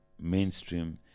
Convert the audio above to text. mainstream